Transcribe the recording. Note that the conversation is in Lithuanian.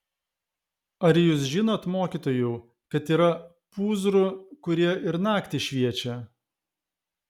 ar jūs žinot mokytojau kad yra pūzrų kurie ir naktį šviečia